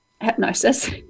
hypnosis